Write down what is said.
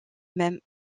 même